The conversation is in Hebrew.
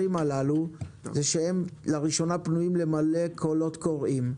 הללו זה שהם לראשונה פנויים למלא קולות קוראים.